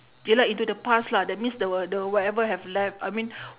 ya lah into the past lah that means the wha~ the whatever have left I mean